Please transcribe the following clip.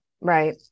Right